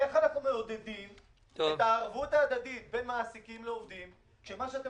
איך אנחנו מעודדים את הערבות הדדית בין מעסיקים לעובדים כשאתם